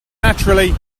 naturally